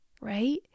right